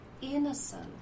innocent